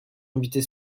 invitée